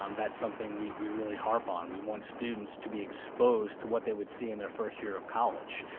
um that's something we we really harp on, we want students to be exposed to what they would see in their first year of college.